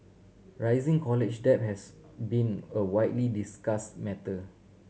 rising college debt has been a widely discuss matter